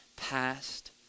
past